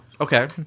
Okay